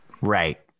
right